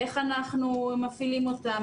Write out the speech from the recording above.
איך אנחנו מפעילים אותם,